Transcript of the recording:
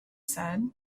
said